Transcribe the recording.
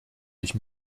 ich